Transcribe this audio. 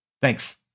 Thanks